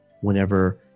whenever